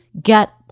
get